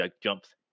jumps